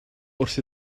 wrth